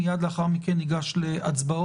מיד לאחר מכן ניגש להצבעות.